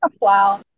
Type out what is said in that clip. wow